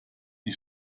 die